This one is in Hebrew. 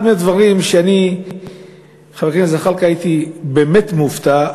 אחד הדברים שהייתי מאוד מופתע,